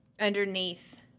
underneath